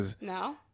no